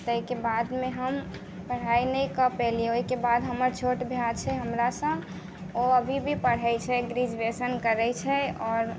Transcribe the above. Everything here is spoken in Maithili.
ताहिके बादमे हम पढ़ाइ नहि कऽ पेलिए ओहिके बाद हमर छोट भाइ छै हमरासँ ओ अभी भी पढ़ै छै ग्रेजुएशन करै छै आओर